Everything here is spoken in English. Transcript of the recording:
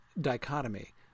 dichotomy